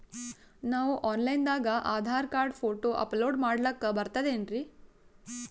ನಾವು online ದಾಗ Aadhaar card, photo upload ಮಾಡ್ಲಕ ಬರ್ತದೇನ್ರಿ?